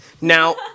Now